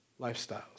lifestyles